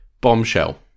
Bombshell